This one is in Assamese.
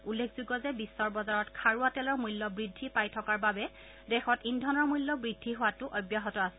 উল্লেখযোগ্য যে বিশ্বৰ বজাৰত খাৰুৱা তেলৰ মূল্য বৃদ্ধি পাই থকাৰ পৰিপ্ৰেক্ষিতত দেশত ইন্ধনৰ মূল্য বৃদ্ধি হোৱাতো অব্যাহত আছে